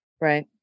right